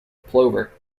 plover